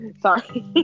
Sorry